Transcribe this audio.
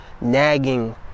nagging